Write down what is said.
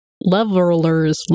levelers